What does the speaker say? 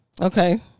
Okay